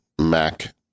Mac